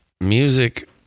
music